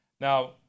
Now